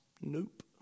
nope